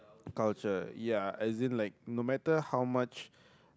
culture ya as in like no matter how much